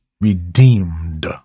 redeemed